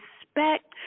respect